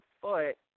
foot